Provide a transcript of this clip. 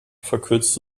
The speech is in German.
verkürzt